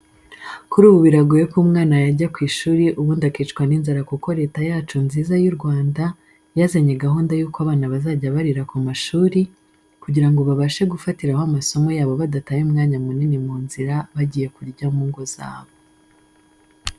Kuri ubu biragoye ko umwana yajya ku ishuri ubundi akicwa n'inzara kuko Leta yacu nziza y'u Rwanda yazanye gahunda yuko abana bazajya barira ku mashuri, kugira ngo babashe gufatiraho amasomo yabo badataye umwanya munini mu nzira bagiye kurya mu ngo zabo.